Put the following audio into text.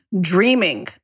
dreaming